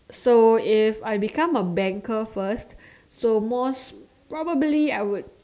so if I become a banker first so most probably I would